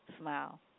smile